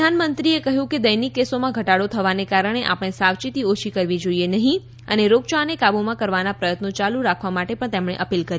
પ્રધાનમંત્રીએ દૈનિક કેસોમાં ઘટાડો થવાને કારણે આપણે સાવચેતી ઓછી કરવી જોઇએ નહી અને રોગચાળાને કાબુમાં કરવાના પ્રયત્નો ચાલુ રાખવા તેમણે અપીલ કરી